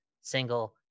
single